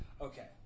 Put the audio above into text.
Okay